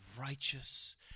righteous